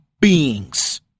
beings